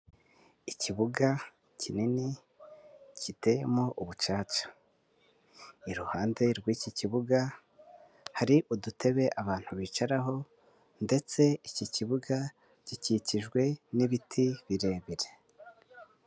Ikibuga kinini giteyemo ubucaca, iruhande rw'iki kibuga hari udutebe abantu bicaraho ndetse iki kibuga gikikijwe n'ibiti birebire.